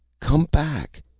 come back!